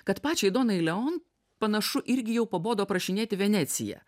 kad pačiai donai leon panašu irgi jau pabodo aprašinėti veneciją